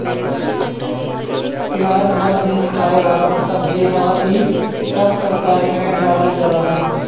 पियाज हर दिन खाए वाला सब्जी हअ, इ सब तरकारी में डालल जाला